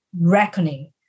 reckoning